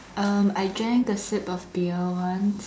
um I drank a sip of beer once